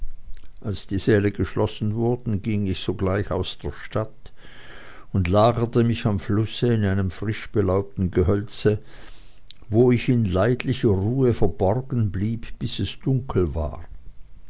als die säle geschlossen wurden ging ich sogleich aus der stadt und lagerte mich am flusse in einem frischbelaubten gehölze wo ich in leidlicher ruhe verborgen blieb bis es dunkel war